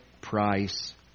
price